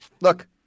Look